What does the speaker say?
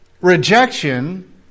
rejection